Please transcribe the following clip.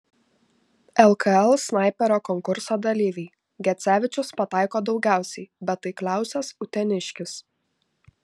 lkl snaiperio konkurso dalyviai gecevičius pataiko daugiausiai bet taikliausias uteniškis